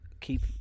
keep